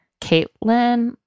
Caitlin